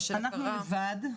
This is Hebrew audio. אנחנו לבד,